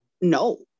no